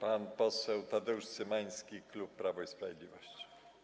Pan poseł Tadeusz Cymański, klub Prawo i Sprawiedliwość.